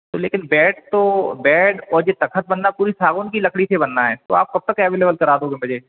तो लेकिन बेड तो बेड और ये तख़्त बनना पूरी सागवान की लकड़ी से बनना है तो आप कब तक अवेलेवल करा दोगे मुझे